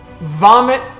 vomit